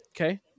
okay